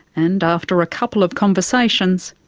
and after a couple of conversations,